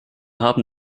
haben